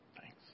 Thanks